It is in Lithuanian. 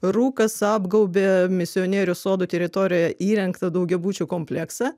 rūkas apgaubė misionierių sodų teritorijoje įrengtą daugiabučių kompleksą